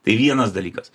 tai vienas dalykas